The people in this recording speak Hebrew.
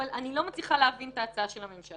אבל אני לא מצליחה להבין את ההצעה של הממשלה,